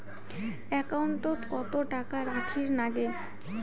একাউন্টত কত টাকা রাখীর নাগে?